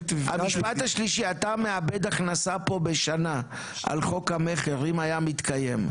אתה מאבד הכנסה פה בשנה על חוק המכר אם היה מתקיים,